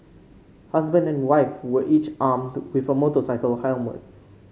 husband and wife were each armed with a motorcycle helmet